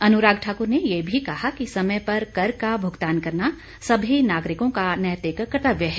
अनुराग ठाकुर ने ये भी कहा कि समय कर का भुगतान करना सभी नागरिकों का नैतिक कर्तव्य है